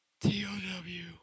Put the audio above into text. T-O-W